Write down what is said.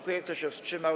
Kto się wstrzymał?